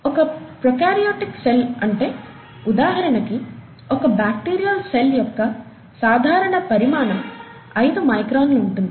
ఒక prokaryotic cell అంటే ఉదాహరణకి ఒక బాక్టీరియల్ సెల్ యొక్క సాధారణ పరిమాణం 5 మైక్రాన్స్ ఉంటుంది